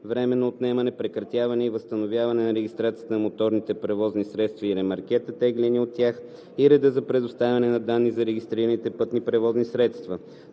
временно отнемане, прекратяване и възстановяване на регистрацията на моторните превозни средства и ремаркета, теглени от тях, и реда за предоставяне на данни за регистрираните пътни превозни средства.